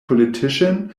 politician